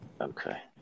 Okay